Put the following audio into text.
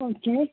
okay